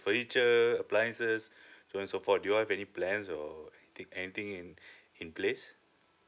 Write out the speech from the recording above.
furniture appliances so and so forth do you have any plans or anyth~ anything in in place